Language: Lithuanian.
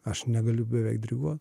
aš negaliu beveik griūva